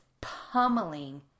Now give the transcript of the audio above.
pummeling